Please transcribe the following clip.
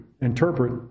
interpret